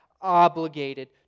obligated